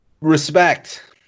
respect